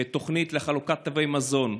התוכנית לחלוקת תווי מזון.